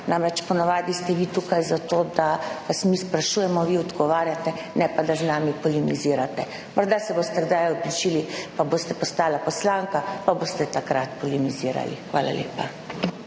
Namreč, ponavadi ste vi tukaj zato, da vas mi sprašujemo, vi odgovarjate, ne pa da z nami polemizirate. Morda se boste kdaj odločili, pa boste postala poslanka, pa boste takrat polemizirali. Hvala lepa.